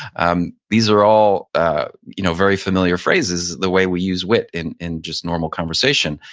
um these are all ah you know very familiar phrases the way we use wit in in just normal conversation.